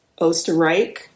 Osterreich